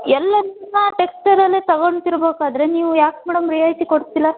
ಎಲ್ಲ ನಿಮ್ಮ ಟೆಕ್ಸಟೈಲಲ್ಲೇ ತಗೊತಿರ್ಬೇಕಾದ್ರೆ ನೀವು ಯಾಕೆ ಮೇಡಮ್ ರಿಯಾಯಿತಿ ಕೊಡ್ತಿಲ್ಲ